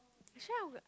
actually I would